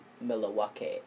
Milwaukee